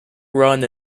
run